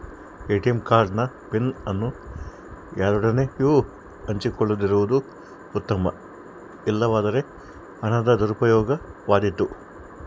ATM card ನ PIN ಅನ್ನು ಯಾರೊಡನೆಯೂ ಹಂಚಿಕೊಳ್ಳದಿರುವುದು ಉತ್ತಮ, ಇಲ್ಲವಾದರೆ ಹಣದ ದುರುಪಯೋಗವಾದೀತು